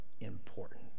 important